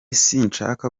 sinshaka